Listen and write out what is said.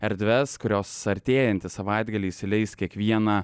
erdves kurios artėjantį savaitgalį įsileis kiekvieną